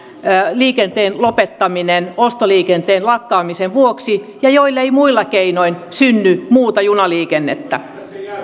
liikenteen lopettaminen ostoliikenteen lakkaamisen vuoksi ja joille ei muilla keinoin synny muuta junaliikennettä